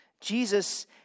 Jesus